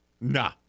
nah